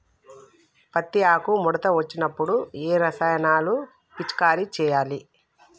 పత్తి ఆకు ముడత వచ్చినప్పుడు ఏ రసాయనాలు పిచికారీ చేయాలి?